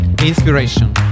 Inspiration